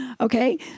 Okay